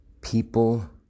People